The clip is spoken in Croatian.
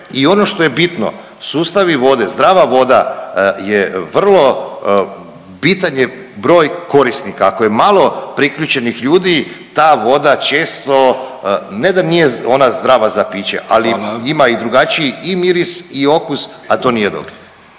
I ono što je bitno sustavi vode, zdrava voda je vrlo bitan je broj korisnika, ako je malo priključenih ljudi ta voda često ne da nije ona zdrava za piće …/Upadica Vidović: Hvala./… ali ima i drugačiji i miris i okus, a to nije dobro.